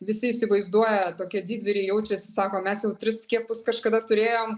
visi įsivaizduoja tokie didvyriai jaučiasi sako mes jau tris skiepus kažkada turėjom